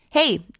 Hey